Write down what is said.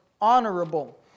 honorable